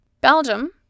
Belgium